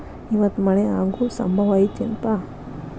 ಇವತ್ತ ಮಳೆ ಆಗು ಸಂಭವ ಐತಿ ಏನಪಾ?